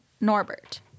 Norbert